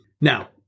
Now